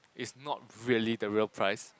is not really the real price